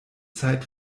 zeit